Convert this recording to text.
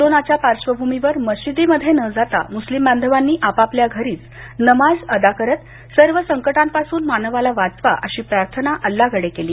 कोरोनाच्या पार्श्ववभूमीवर मशिदीमध्ये न जाता मुस्लिम बांधवांनी आपापल्या घरीच नमाज अदा करत सर्व संकटापासून मानवाला वाचवा अशी प्रार्थना अल्लाकडे केली